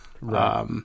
Right